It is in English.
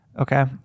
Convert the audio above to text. okay